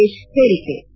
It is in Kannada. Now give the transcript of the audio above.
ಮಹೇಶ್ ಹೇಳಿಕೆ